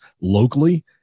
locally